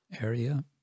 area